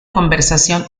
conversación